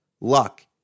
luck